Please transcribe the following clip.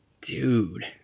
Dude